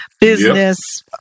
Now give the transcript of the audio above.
business